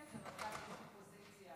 איזה מזל שיש אופוזיציה.